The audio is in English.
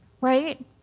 right